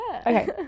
Okay